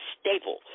staple